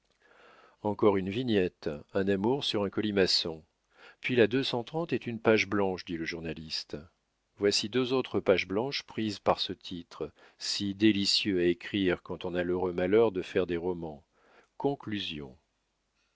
encore une vignette un amour sur un colimaçon puis la deux cent trente est une page blanche dit le journaliste voici deux autres pages blanches prises par ce titre si délicieux à écrire quand on a l'heureux malheur de faire des romans conclusion